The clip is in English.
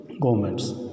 governments